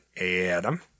adam